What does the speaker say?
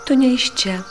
tu ne iš čia